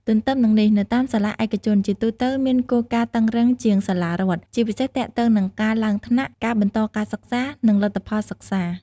ទទ្ទឹមនឹងនេះ នៅតាមសាលាឯកជនជាទូទៅមានគោលការណ៍តឹងរ៉ឹងជាងសាលារដ្ឋ ជាពិសេសទាក់ទងនឹងការឡើងថ្នាក់ ការបន្តការសិក្សា និងលទ្ធផលសិក្សា។